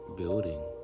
building